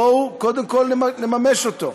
בואו קודם כול נממש אותו.